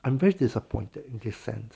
I am very disappointed in this sense